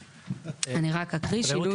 5,000. אני רק אקריא.